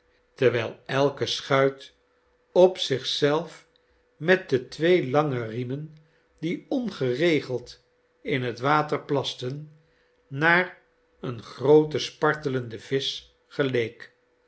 terwijl elkeschuit op zich zelf met de twee lange riemen die ongeregeld in het water plasten naar een grooten spartelenden visch geleek